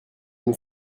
nous